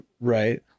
Right